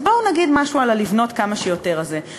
אז בואו נגיד משהו על "לבנות כמה שיותר" הזה.